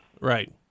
Right